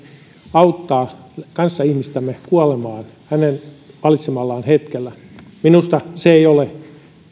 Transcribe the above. auttaa kanssaihmistämme kuolemaan hänen valitsemallaan hetkellä minusta ei ole